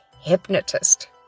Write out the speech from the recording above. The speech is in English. hypnotist